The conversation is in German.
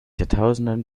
jahrtausenden